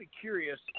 curious